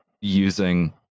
using